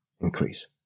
increase